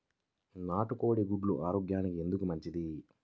నాటు కోడి గుడ్లు ఆరోగ్యానికి ఎందుకు మంచిది?